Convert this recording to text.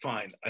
Fine